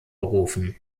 berufen